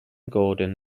gordon